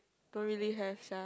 don't really have sia